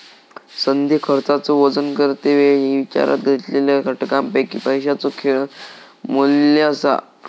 संधी खर्चाचो वजन करते वेळी विचारात घेतलेल्या घटकांपैकी पैशाचो येळ मू्ल्य असा